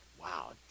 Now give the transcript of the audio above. wow